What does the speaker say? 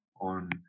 on